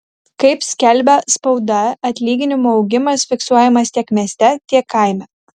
kaip skelbia spauda atlyginimų augimas fiksuojamas tiek mieste tiek kaime